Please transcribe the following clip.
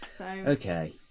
Okay